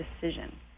decision